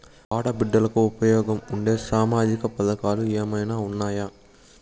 ఆడ బిడ్డలకు ఉపయోగం ఉండే సామాజిక పథకాలు ఏమైనా ఉన్నాయా?